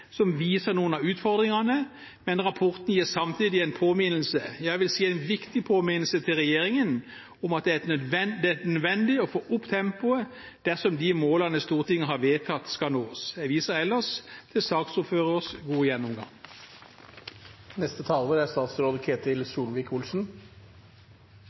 som viser noen av utfordringene, men rapporten gir samtidig en påminnelse – jeg vil si en viktig påminnelse – til regjeringen om at det er nødvendig å få opp tempoet dersom de målene Stortinget har vedtatt, skal nås. Jeg viser ellers til saksordførerens gode gjennomgang. La meg takke både Stortinget for behandlingen og Riksrevisjonen for rapporten. Det er